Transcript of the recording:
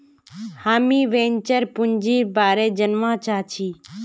हामीं वेंचर पूंजीर बारे जनवा चाहछी